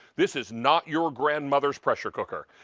this is not your grandmother's pressure cooker.